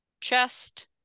chest